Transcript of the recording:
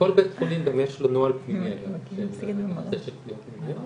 לכל בית חולים יש נוהל פנימי בנושא של פגיעות מיניות,